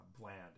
bland